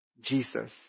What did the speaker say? Jesus